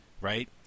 right